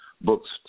books